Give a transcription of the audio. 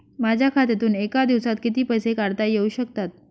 माझ्या खात्यातून एका दिवसात किती पैसे काढता येऊ शकतात?